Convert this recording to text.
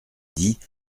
dit